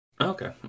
okay